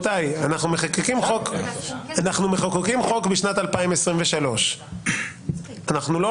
אנחנו מחוקקים חוק בשנת 2023. אנחנו לא